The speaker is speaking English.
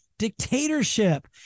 Dictatorship